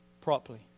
properly